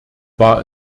war